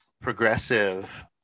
progressive